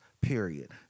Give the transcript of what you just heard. Period